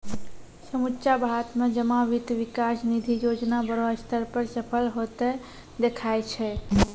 समुच्चा भारत मे जमा वित्त विकास निधि योजना बड़ो स्तर पे सफल होतें देखाय छै